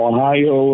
Ohio